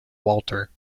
walter